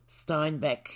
Steinbeck